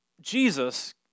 Jesus